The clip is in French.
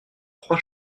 trois